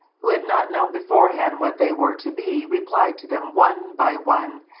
who had not known beforehand what they were to be, replied to them, one by one,